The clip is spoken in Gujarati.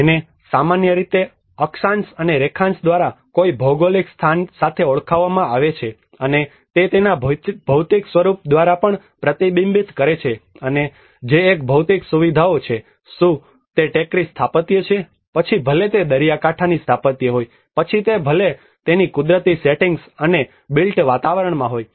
જેને સામાન્ય રીતે અક્ષાંશ અને રેખાંશ દ્વારા કોઈ ભૌગોલિક સ્થાન સાથે ઓળખવામાં આવે છે અને તે તેના ભૌતિક સ્વરૂપ દ્વારા પણ પ્રતિબિંબિત કરે છે અને જે એક ભૌતિક સુવિધાઓ છે શું તે ટેકરી સ્થાપત્ય છે પછી ભલે તે દરિયાકાંઠાની સ્થાપત્ય હોય પછી ભલે તે તેની કુદરતી સેટિંગ્સ અને બિલ્ટ વાતાવરણમાં હોય